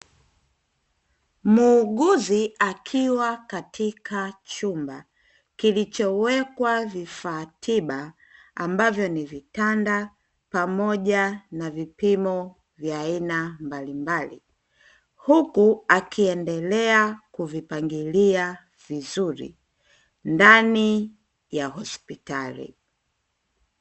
Muuguzi, akiwa katika chumba kilichowekwa vifaa tiba, ambavyo ni vitanda pamoja na vipimo vya aina mbalimbali, huku akiendelea kuvipangilia vizuri ndani ya hospitali.